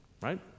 Right